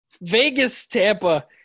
Vegas-Tampa